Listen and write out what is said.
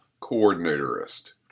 coordinatorist